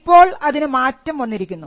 ഇപ്പോൾ അതിനു മാറ്റം വന്നിരിക്കുന്നു